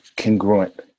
congruent